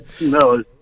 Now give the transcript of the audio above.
No